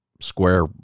square